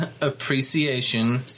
Appreciation